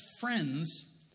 friends